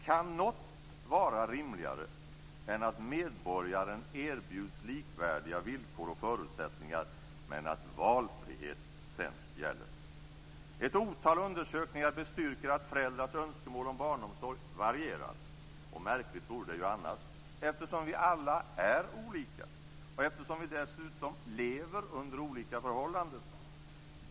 Kan något vara rimligare än att medborgaren erbjuds likvärdiga villkor och förutsättningar, men att valfrihet sedan gäller. Ett otal undersökningar bestyrker att föräldrars önskemål om barnomsorg varierar. Och märkligt vore det ju annars, eftersom vi alla är olika och eftersom vi dessutom lever under olika förhållanden.